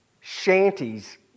Shanties